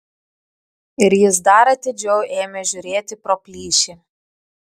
ir jis dar atidžiau ėmė žiūrėti pro plyšį